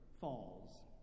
falls